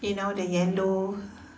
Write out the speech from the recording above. you know the yellow